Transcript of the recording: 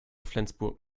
flensburg